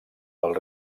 del